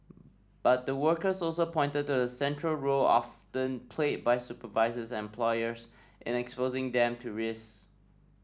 but the workers also pointed to the central role often then played by supervisors and employers in exposing them to risks